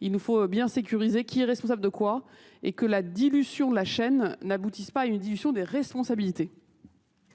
il nous faut bien sécuriser qui est responsable de quoi, et que la dilution de la chaîne n'aboutisse pas à une dilution des responsabilités.